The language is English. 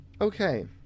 Okay